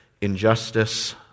injustice